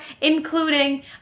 including